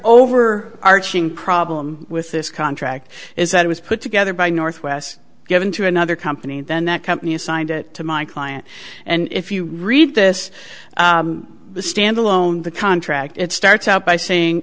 over arching problem with this contract is that it was put together by northwest given to another company and then that company assigned it to my client and if you read this standalone the contract it starts out by saying